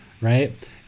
right